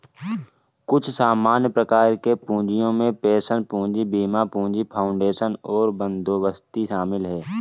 कुछ सामान्य प्रकार के पूँजियो में पेंशन पूंजी, बीमा पूंजी, फाउंडेशन और बंदोबस्ती शामिल हैं